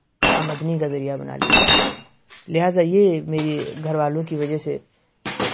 آمدنی کا ذریعہ بنا لیجیے لہٰذا یہ میری گھر والوں کہ وجہ سے